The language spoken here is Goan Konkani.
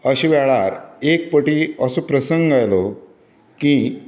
अश्या वेळार एक फावटी असो प्रसंग आयलो की